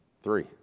Three